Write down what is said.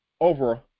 over